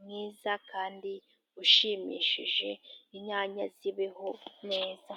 mwiza kandi ushimishije, inyanya zibeho neza.